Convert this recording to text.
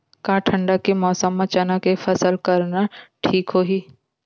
का ठंडा के मौसम म चना के फसल करना ठीक होही?